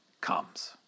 comes